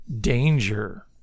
danger